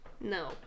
No